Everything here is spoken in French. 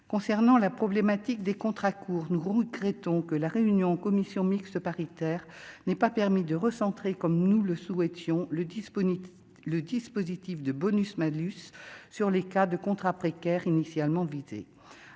concernant la problématique des contrats courts, nous regrettons que la réunion en commission mixte paritaire n'est pas permis de recentrer comme nous le souhaitions le disponible, le dispositif de bonus-malus sur les cas de contrats précaires initialement invité